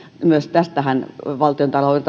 myös tästähän valtiontalouden